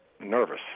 nervous